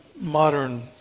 modern